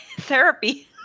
therapy